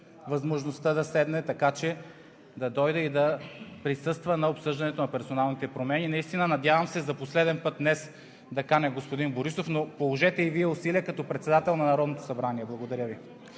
възможността да седне, така че да дойде и да присъства на обсъждането на персоналните промени. Надявам се за последен път днес да каня господин Борисов, но положете и Вие усилие като председател на Народното събрание. Благодаря Ви.